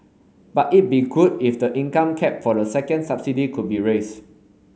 but it'd be good if the income cap for the second subsidy could be raised